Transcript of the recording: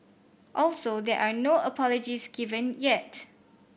also there are no apologies given yet